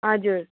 हजुर